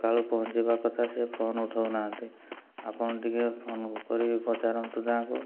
ସକାଳୁ ପହଞ୍ଚିବା କଥା ସେ ଫୋନ୍ ଉଠଉନାହାନ୍ତି ଆପଣ ଟିକେ ଫୋନ୍ କରିକି ପଚାରନ୍ତୁ ତାଙ୍କୁ